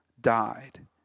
died